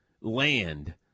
land